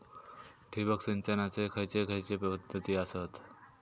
ठिबक सिंचनाचे खैयचे खैयचे पध्दती आसत?